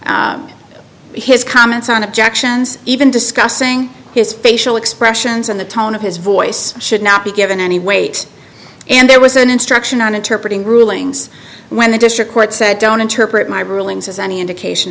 about his comments on objections even discussing his facial expressions and the tone of his voice should not be given any weight and there was an instruction on interpret in rulings when the district court said don't interpret my rulings as any indication